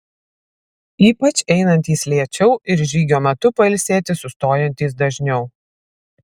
ypač einantys lėčiau ir žygio metu pailsėti sustojantys dažniau